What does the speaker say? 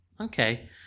Okay